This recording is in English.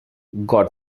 god